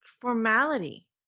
formality